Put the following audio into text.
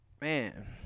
man